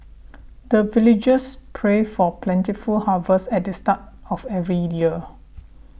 the villagers pray for plentiful harvest at the start of every year